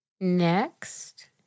Next